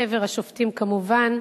חבר השופטים, כמובן,